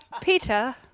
Peter